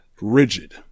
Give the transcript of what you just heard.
rigid